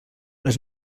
les